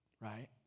right